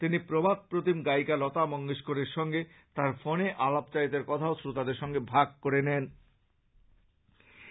তিনি প্রবাদপ্রতিম গায়িকা লতা মঙ্গেশকরের সঙ্গে তাঁর ফোনে আলাপচারিতার কথাও শ্রোতাদের সঙ্গে ভাগ করে নেন